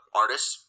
artists